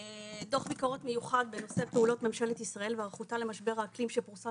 דו"ח ביקורת מיוחד בנושא פעולות ממשלת ישראל והיערכותה למשבר האקלים שפורסם